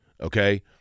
Okay